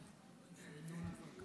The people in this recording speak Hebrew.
תודה רבה, אדוני היושב-ראש.